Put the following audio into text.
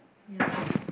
ya at